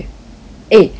eh 我们